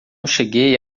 cheguei